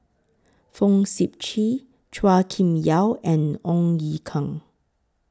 Fong Sip Chee Chua Kim Yeow and Ong Ye Kung